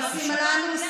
בנושאים הללו,